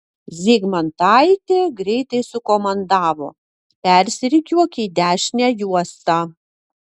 zygmantaitė greitai sukomandavo persirikiuok į dešinę juostą